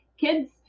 Kids